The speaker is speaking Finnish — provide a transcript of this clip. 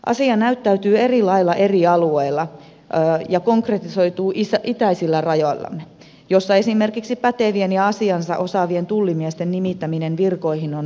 asia näyttäytyy eri lailla eri alueilla ja konkretisoituu itäisillä rajoillamme missä esimerkiksi pätevien ja asiansa osaavien tullimiesten nimittäminen virkoihin on vaikeaa